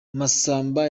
masamba